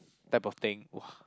type of thing !wah!